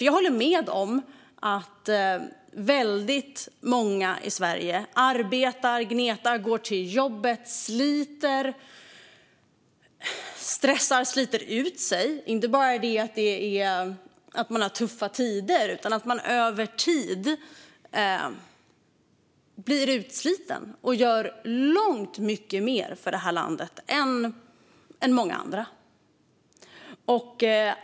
Jag håller med om att väldigt många i Sverige arbetar, gnetar, går till jobbet, stressar och sliter ut sig. Det handlar inte bara om att det är tuffa tider, utan man blir utsliten över tid och gör långt mer för det här landet än vad många andra gör.